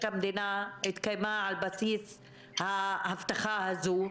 המדינה התקיימה על בסיס ההבטחה הזאת,